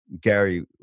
Gary